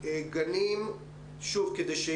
לעניין כל מה